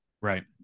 Right